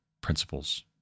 principles